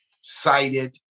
cited